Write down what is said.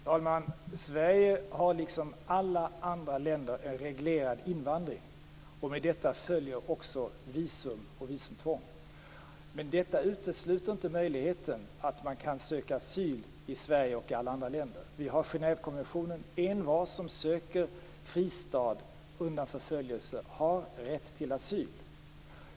Fru talman! Sverige har som alla andra länder en reglerad invandring. Med detta följer också visum och visumtvång. Detta utesluter inte möjligheten att söka asyl i Sverige och andra länder. Vi har Genèvekonventionen. Envar som söker fristad undan förföljelse har rätt till asyl.